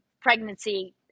pregnancy